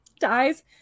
dies